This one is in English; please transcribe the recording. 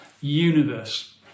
universe